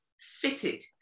fitted